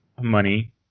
money